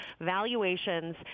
valuations